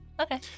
Okay